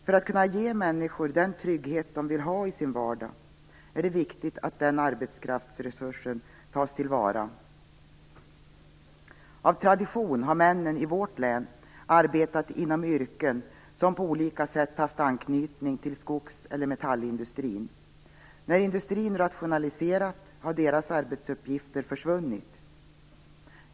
För att kunna ge människor den trygghet de vill ha i sin vardag är det viktigt att den arbetskraftsresursen tas till vara. Av tradition har männen i vårt län arbetat inom yrken som på olika sätt haft anknytning till skogseller metallindustrin. När industrin rationaliserat har deras arbetsuppgifter försvunnit.